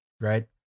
right